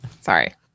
Sorry